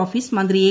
office മന്ത്രി A